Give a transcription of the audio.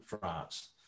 France